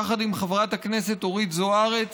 יחד עם חברת הכנסת אורית זוארץ,